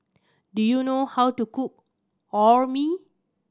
do you know how to cook Orh Nee